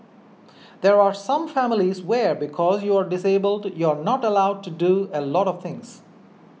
there are some families where because you're disabled you are not allowed to do a lot of things